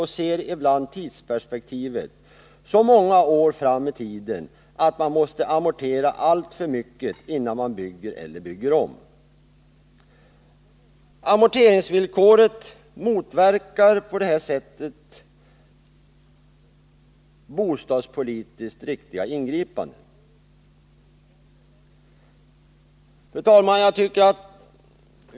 Han ser då ibland tidsperspektivet så många år fram i tiden att kommunen måste amortera alltför mycket innan den kan bygga eller bygga om. Amorteringsvillkoren motverkar på detta sätt bostadspolitiskt riktiga ingripanden. Fru talman!